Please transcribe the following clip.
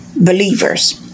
believers